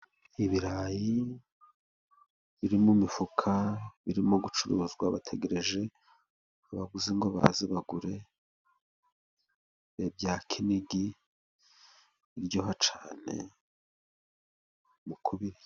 Ibirayi biri mu mifuka, birimo gucuruzwa, bategereje abaguzi ngo baze bagure. Ni ibya Kinigi, biryoha cyane mu kubirya.